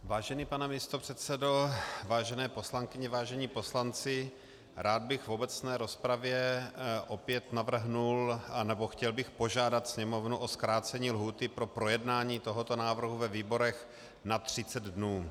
Vážený pane místopředsedo, vážené poslankyně, vážení poslanci, rád bych v obecné rozpravě opět navrhl, nebo chtěl bych požádat Sněmovnu o zkrácení lhůty pro projednání tohoto návrhu ve výborech na 30 dnů.